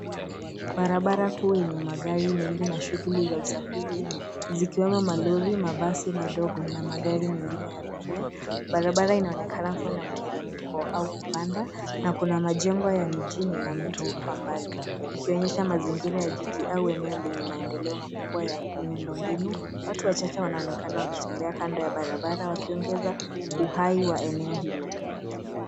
Barabara kuu yenye magari mengi na shughuli za usafiri zikiwemo malori, mabasi madogo na magari mengine ya abiria. Barabara inaonekana kuwa na mteremko au kupanda na kuna majengo ya mijini na miti kwa mbali ikionyesha mazingira ya jiji au eneo lenye maendeleo makubwa ya miundombinu. Watu wachache wanaonekana wakitembea kando ya barabara wakiongeza uhai wa eneo hilo.